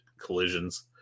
collisions